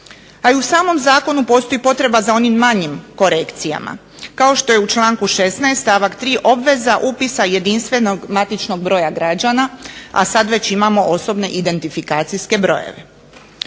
Pa i u samom zakonu postoji potreba za onim manjim korekcijama, kao što je u članku 16. stavak 3. obveza upisa jedinstvenog matičnog broja građana, a sada već imamo OIB. Sigurna sam da